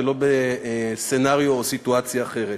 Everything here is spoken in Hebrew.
ולא בסצנריו או סיטואציה אחרת.